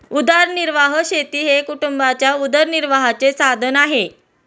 उदरनिर्वाह शेती हे कुटुंबाच्या उदरनिर्वाहाचे साधन आहे